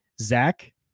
Zach